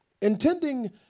intending